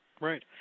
Right